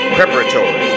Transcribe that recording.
Preparatory